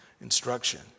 instruction